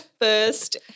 first